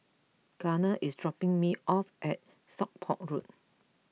Gardner is dropping me off at Stockport Road